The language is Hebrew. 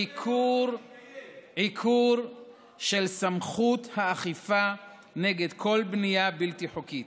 היא עיקור של סמכות האכיפה נגד כל בנייה בלתי חוקית,